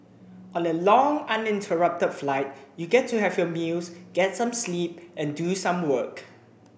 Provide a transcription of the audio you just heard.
on a long uninterrupted flight you get to have your meals get some sleep and do some work